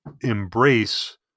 embrace